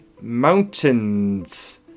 mountains